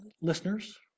listeners